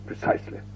precisely